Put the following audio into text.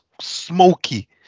smoky